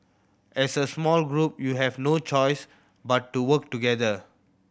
as a small group you have no choice but to work together